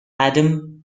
adam